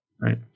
Right